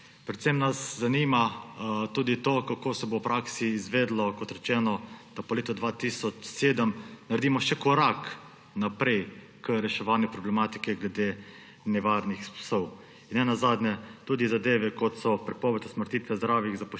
Predvsem nas zanima tudi to, kako se bo v praksi izvedlo, kot rečeno, da po letu 2007 naredimo še korak naprej k reševanju problematike glede nevarnih psov. Ne nazadnje tudi zadeve, kot so prepoved usmrtitve zdravih zapuščenih